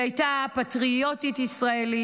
היא הייתה פטריוטית ישראלית,